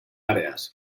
áreas